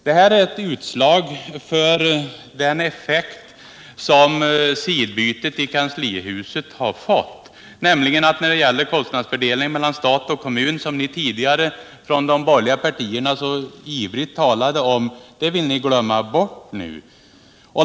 Detta är ett utslag av den ettekt som sidbytet i kanslihuset har fått, nämligen att ni nu vill glömma bort den ändrade kostnadsfördelning mellan stat och kommun som ni tidigare så ivrigt förespråkat från de borgerliga partierna.